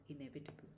inevitable